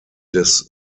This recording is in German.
des